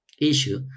issue